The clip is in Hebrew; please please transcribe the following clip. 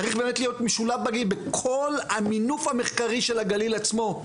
צריך להיות באמת משולב בכל המינוף המחקרי של הגלל עצמו.